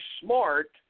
smart